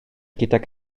gydag